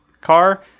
car